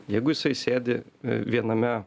jeigu jisai sėdi viename